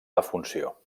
defunció